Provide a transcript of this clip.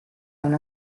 una